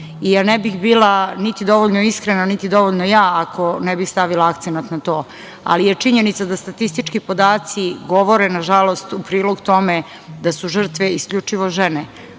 jer ne bih bila niti dovoljno iskrena, niti dovoljno ja, ako ne bih stavila akcenat na to, ali je činjenica da statistički podaci govore, nažalost, u prilog tome da su žrtve isključivo žene,